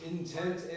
Intent